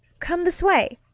come this way,